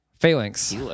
Phalanx